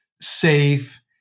safe